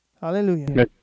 Hallelujah